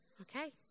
Okay